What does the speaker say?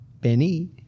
Benny